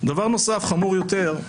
דבר נוסף חמור יותר.